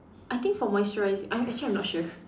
I think for moisturising I'm actually I'm not sure